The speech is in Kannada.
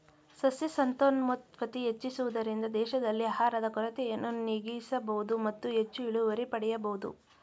ಸಸ್ಯ ಸಂತಾನೋತ್ಪತ್ತಿ ಹೆಚ್ಚಿಸುವುದರಿಂದ ದೇಶದಲ್ಲಿ ಆಹಾರದ ಕೊರತೆಯನ್ನು ನೀಗಿಸಬೋದು ಮತ್ತು ಹೆಚ್ಚು ಇಳುವರಿ ಪಡೆಯಬೋದು